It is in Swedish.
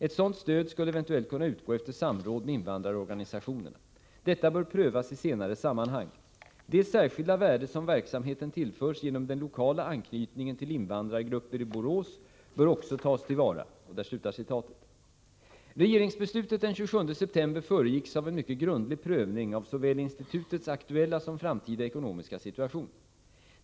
Ett sådant stöd skulle eventuellt kunna utgå efter samråd med invandrarorganisationerna. Detta bör prövas i senare sammanhang. Det 31 särskilda värde som verksamheten tillförs genom den lokala anknytningen till invandrargrupper i Borås bör också tas till vara.” Regeringsbeslutet den 27 september föregicks av en mycket grundlig prövning av såväl institutets aktuella som framtida ekonomiska situation.